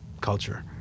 culture